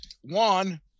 one